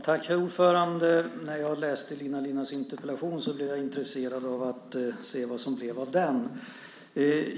Herr talman! När jag läste Elina Linnas interpellation blev jag intresserad av att se vad som blev av den.